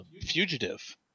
fugitive